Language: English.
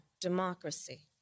democracy